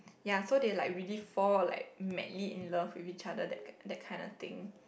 ya so they like really fall like madly in love with each other that that kind of thing